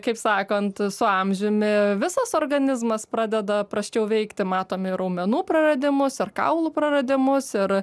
kaip sakant su amžiumi visas organizmas pradeda prasčiau veikti matom ir raumenų praradimus ir kaulų praradimus ir